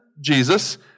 Jesus